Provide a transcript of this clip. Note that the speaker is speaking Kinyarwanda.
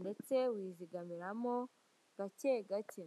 ndetse wizigamiramo gake gake.